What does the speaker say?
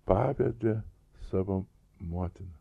pavedė savo motiną